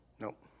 Nope